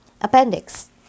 Appendix